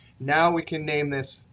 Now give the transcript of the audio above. now we can name this